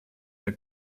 der